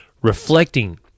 reflecting